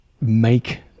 make